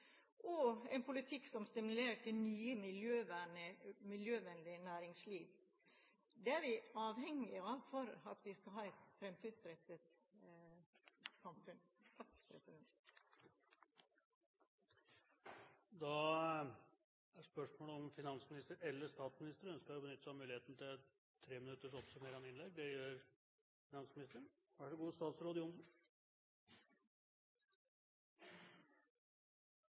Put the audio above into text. og en politikk som stimulerer til et mer miljøvennlig næringsliv. Det er vi avhengige av om vi skal ha et fremtidsrettet samfunn. Da er det spørsmål om finansministeren eller statsministeren ønsker å benytte seg av muligheten til et oppsummerende innlegg, begrenset til 3 minutter? – Det gjør